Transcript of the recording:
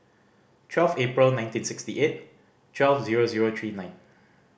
twelve April nineteen sixty eight twelve zero zero three nine